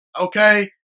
Okay